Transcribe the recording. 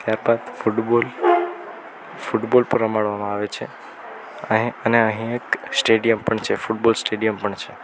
ત્યારબાદ football football પણ રમાડવામાં આવે છે અહી અને અહી એક સ્ટેડિયમ પણ છે ફૂટબોલ સ્ટેડિયમ પણ છે